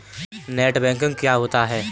Net banking क्या होता है?